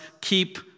keep